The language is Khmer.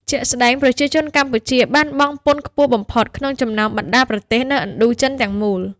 ជាក់ស្ដែង ប្រជាជនកម្ពុជាបានបង់ពន្ធខ្ពស់បំផុតក្នុងចំណោមបណ្ដាប្រទេសនៅឥណ្ឌូចិនទាំងមូល។